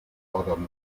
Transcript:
adam